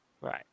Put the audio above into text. Right